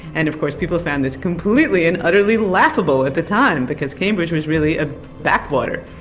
and of course people found this completely and utterly laughable at the time, because cambridge was really a backwater.